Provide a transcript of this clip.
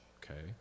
okay